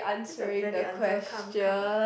that's a valid answer come come